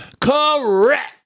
Correct